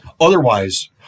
Otherwise